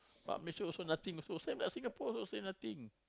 but Malaysia also nothing also same like Singapore also same nothing